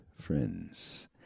friends